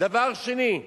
דבר שני,